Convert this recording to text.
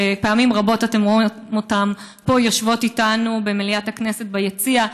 שפעמים רבות אתם רואים אותן יושבות פה איתנו במליאת הכנסת ביציע,